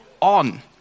on